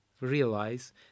realize